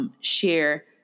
Share